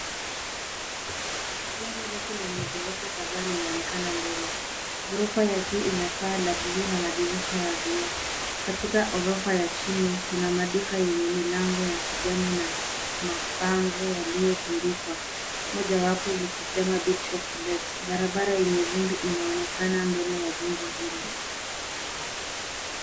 Jengo refu lenye ghorofa kadhaa linaonekana mbele. Ghorofa ya juu inapaa la bluu na madirisha ya vioo. Katika ghorofa ya chini, kuna maduka yenye milango ya kijani na mabango yaliyotundikwa, moja wapo likisema big shop to let .Barabara yenye vumbi inaonekana mbele ya jengo hilo.